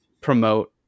promote